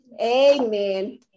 Amen